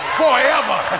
forever